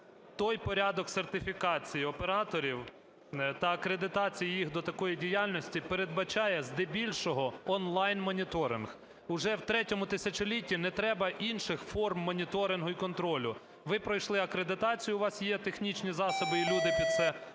той порядок сертифікації операторів та акредитації їх до такої діяльності передбачає, здебільшого, онлайн-моніторинг. Уже в третьому тисячолітті не треба інших форм моніторингу і контролю. Ви пройшли акредитацію, у вас є технічні засоби і люди під це,